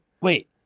wait